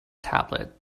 tablet